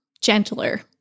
gentler